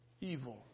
evil